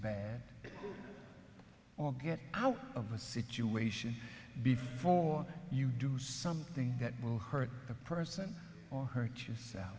bad or get out of a situation before you do something that will hurt the person or hurt yourself